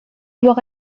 voir